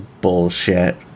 bullshit